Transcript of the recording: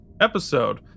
episode